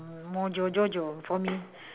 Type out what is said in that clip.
mojo jojo for me